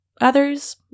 Others